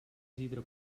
isidre